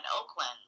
Oakland